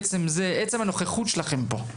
עצם הנוכחות שלכם פה.